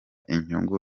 inyungu